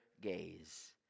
gaze